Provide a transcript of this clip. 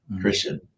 Christian